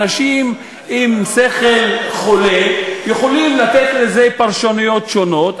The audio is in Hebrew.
אנשים עם שכל חולה יכולים לתת לזה פרשנויות שונות.